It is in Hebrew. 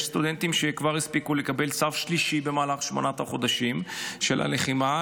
יש סטודנטים שכבר הספיקו לקבל צו שלישי במהלך שמונת החודשים של הלחימה.